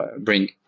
bring